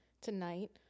tonight